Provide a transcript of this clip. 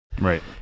Right